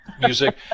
music